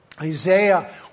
Isaiah